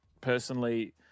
personally